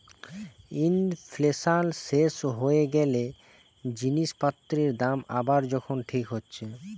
inflation শেষ হয়ে গ্যালে জিনিস পত্রের দাম আবার যখন ঠিক হচ্ছে